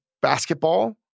basketball